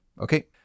Okay